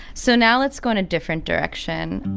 so now let's go in a different direction